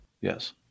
Yes